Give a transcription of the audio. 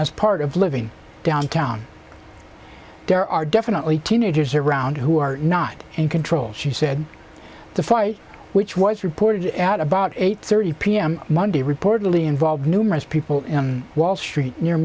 as part of living downtown there are definitely teenagers around who are not in control she said the fight which was reported at about eight thirty p m monday reportedly involved numerous people wall street near